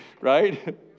right